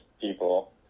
people